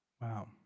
Wow